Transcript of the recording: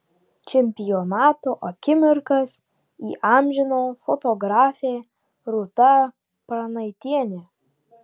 čempionato akimirkas įamžino fotografė rūta pranaitienė